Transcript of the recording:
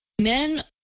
men